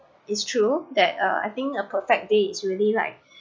it's true that uh I think a perfect day is really like